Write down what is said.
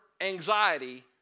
anxiety